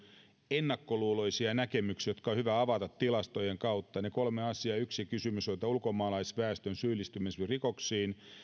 ennakkoluuloisia näkemyksiä jotka on hyvä avata tilastojen kautta ne kolme asiaa yksi kysymys oli ulkomaalaisväestön syyllistyminen rikoksiin